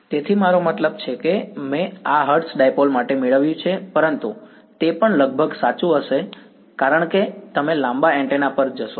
તેથી મારો મતલબ છે કે મેં આ હર્ટ્ઝ ડાઈપોલ માટે મેળવ્યું છે પરંતુ તે પણ લગભગ સાચું હશે કારણ કે તમે લાંબા એન્ટેના પર જશો